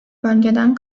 bölgeden